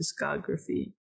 discography